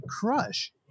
crush